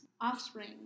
offspring